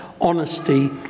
honesty